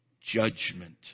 judgment